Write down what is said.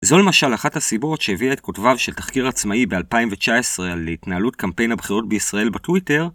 זו למשל אחת הסיבות שהביאה את כותביו של תחקיר עצמאי ב-2019 להתנהלות קמפיין הבחירות בישראל בטוויטר.